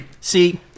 See